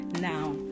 Now